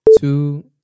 two